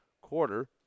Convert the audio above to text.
quarter